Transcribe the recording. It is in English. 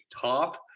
top